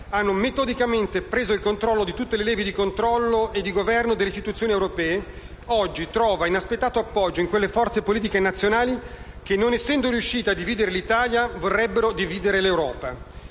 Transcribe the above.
hanno metodicamente preso il controllo di tutte le leve di controllo e di governo delle istituzioni europee, oggi trova inaspettato appoggio in quelle forze politiche nazionali, che non essendo riuscite a dividere l'Italia, vorrebbero dividere l'Europa;